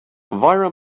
viral